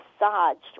massaged